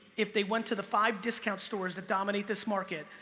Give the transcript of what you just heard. if they went to the five discount stores that dominate this market,